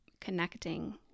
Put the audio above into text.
connecting